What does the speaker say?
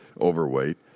overweight